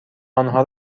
آنها